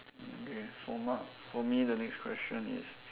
okay for ma~ for me the next question is